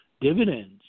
dividends